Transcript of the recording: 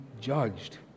judged